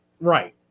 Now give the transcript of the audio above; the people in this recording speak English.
Right